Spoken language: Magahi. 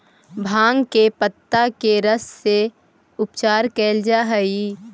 भाँग के पतत्ता के रस से उपचार कैल जा हइ